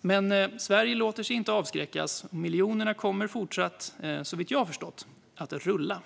Men Sverige låter sig inte avskräckas. Miljonerna kommer, såvitt jag förstår, att fortsätta att rulla.